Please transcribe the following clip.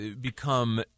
become